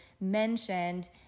mentioned